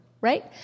Right